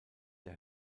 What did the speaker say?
der